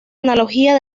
analogía